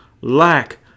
lack